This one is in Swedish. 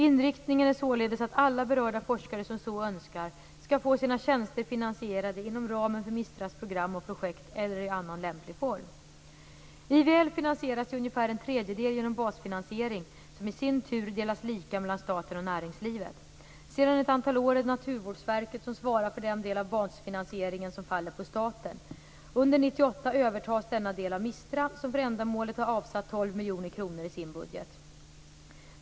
Inriktningen är således att alla berörda forskare som så önskar skall få sina tjänster finansierade inom ramen för MISTRA:s program och projekt eller i annan lämplig form. IVL finansieras till ungefär en tredjedel genom basfinansiering, som i sin tur delas lika mellan staten och näringslivet. Sedan ett antal år är det Naturvårdsverket som svarar för den del av basfinansieringen som faller på staten. Under 1998 övertas denna del av MISTRA, som för ändamålet har avsatt 12 miljoner kronor i sin budget.